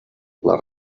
les